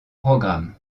programme